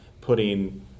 putting